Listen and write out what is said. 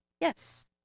Yes